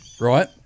right